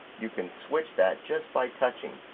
you can switch that just by touching.